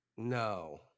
No